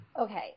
Okay